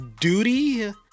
duty